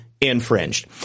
infringed